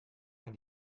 kann